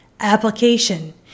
application